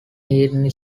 eaten